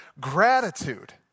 Gratitude